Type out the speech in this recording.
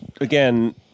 Again